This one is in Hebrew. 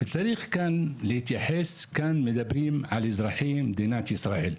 צריך להתייחס, מדברים כאן על אזרחי מדינת ישראל,